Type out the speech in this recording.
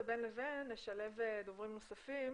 ובין לבין לשלב דוברים נוספים